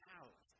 out